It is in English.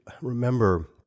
remember